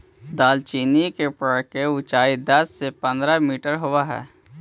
दालचीनी के पेड़ के ऊंचाई दस से पंद्रह मीटर होब हई